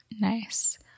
Nice